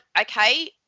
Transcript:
okay